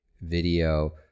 video